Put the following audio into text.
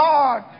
God